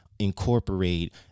incorporate